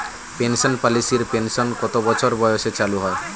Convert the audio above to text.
Pension পলিসির pension কত বছর বয়সে চালু হয়?